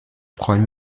freuen